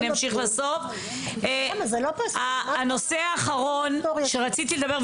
הנושא האחרון שרציתי לדבר,